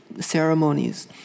ceremonies